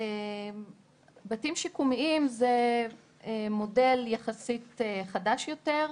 בתים שיקומיים זה מודל יחסית חדש יותר.